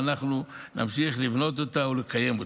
ואנחנו נמשיך לבנות אותה ולקיים אותה.